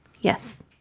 Yes